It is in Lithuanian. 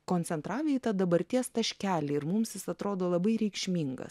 koncentravę į tą dabarties taškelį ir mums jis atrodo labai reikšmingas